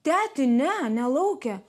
teti ne ne lauke